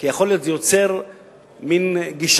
כי יכול להיות שזה יוצר מין גישה,